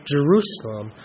Jerusalem